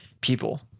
people